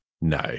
no